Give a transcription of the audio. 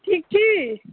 ठीक छी